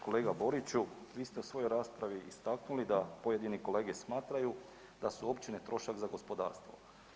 Kolega Boriću, vi ste u svojoj raspravi istaknuli da pojedini kolege smatraju da su općine trošak za gospodarstvo.